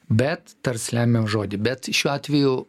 bet tars lemiamą žodį bet šiuo atveju